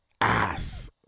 ass